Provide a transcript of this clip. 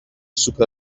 سوپر